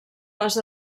les